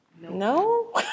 No